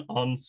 on